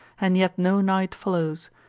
and yet no night follows,